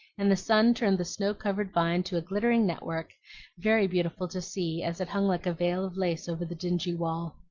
and the sun turned the snow-covered vine to a glittering network very beautiful to see as it hung like a veil of lace over the dingy wall.